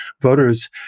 voters